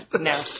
No